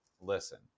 listen